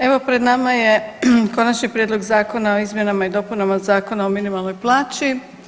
Evo pred nama je Konačni prijedlog zakona o izmjenama i dopunama Zakona o minimalnoj plaći.